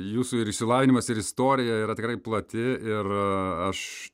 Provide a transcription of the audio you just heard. jūsų ir išsilavinimas ir istorija yra tikrai plati ir aš